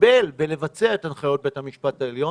לקבל ולבצע את הנחיות בית המשפט העליון